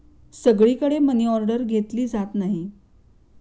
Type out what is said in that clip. सगळीकडे मनीऑर्डर घेतली जात नाही